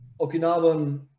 okinawan